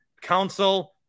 Council